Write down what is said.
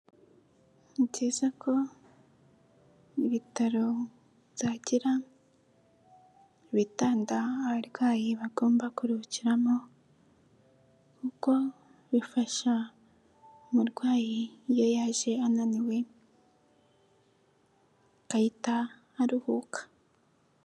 Ni byiza ko ibitaro byagira ibitannda abarwayi bagomba kuruhukiramo kuko bifasha umurwayi iyo yaje ananiwe agahita aruhuka.